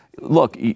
Look